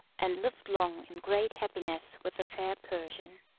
and lived long in great happiness with the fair persian.